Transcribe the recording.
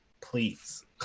please